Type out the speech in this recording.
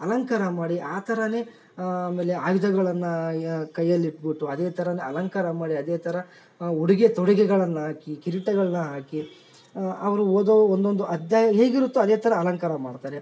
ಅಲಂಕಾರ ಮಾಡಿ ಆ ಥರಾ ಆಮೇಲೆ ಆಯುಧಗಳನ್ನ ಕೈಯಲ್ಲಿ ಇಟ್ಬುಟ್ಟು ಅದೇ ಥರಾ ಅಲಂಕಾರ ಮಾಡಿ ಅದೇ ಥರ ಉಡುಗೆ ತೊಡುಗೆಗಳನ್ನು ಹಾಕಿ ಕಿರೀಟಗಳನ್ನ ಹಾಕಿ ಅವರು ಓದೋ ಒಂದೊಂದು ಅಧ್ಯಾಯ ಹೇಗಿರುತ್ತೋ ಅದೇ ಥರ ಅಲಂಕಾರ ಮಾಡ್ತಾರೆ